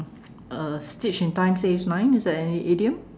uh stitch in time says nine is that an idiom